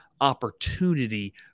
opportunity